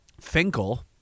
Finkel